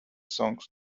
songs